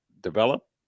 develop